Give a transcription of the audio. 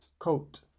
Coat